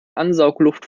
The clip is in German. ansaugluft